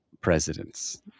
presidents